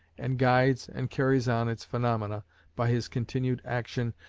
and guides and carries on its phaenomena by his continued action,